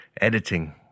Editing